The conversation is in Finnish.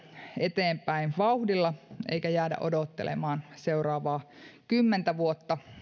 eteenpäin vauhdilla eikä jäädä odottelemaan seuraavaa kymmentä vuotta